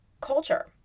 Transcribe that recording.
culture